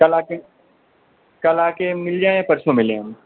कल आ के कल आ के मिल जाएं या परसों मिलें हम